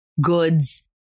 goods